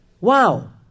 wow